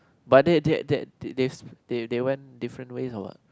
but that that that th~ they went different ways or what